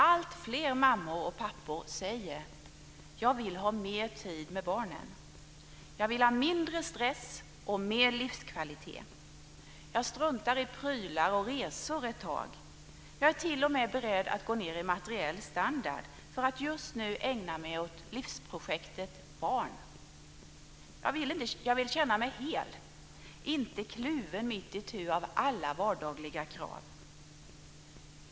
Alltfler mammor och pappor säger: Jag vill ha mer tid med barnen. Jag vill ha mindre stress och mer livskvalitet. Jag struntar i prylar och resor ett tag. Jag är t.o.m. beredd att gå ned i materiell standard för att just nu ägna mig åt livsprojektet barn. Jag vill känna mig hel, inte kluven mitt itu av alla vardagliga krav.